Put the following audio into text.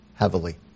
heavily